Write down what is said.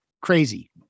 crazy